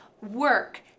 work